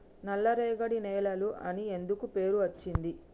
నల్లరేగడి నేలలు అని ఎందుకు పేరు అచ్చింది?